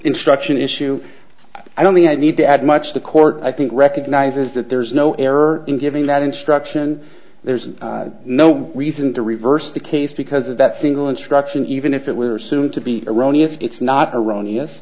instruction issue i don't think i need to add much the court i think recognizes that there's no error in giving that instruction there's no reason to reverse the case because of that single instruction even if it were assumed to be erroneous it's not erroneous